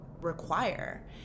require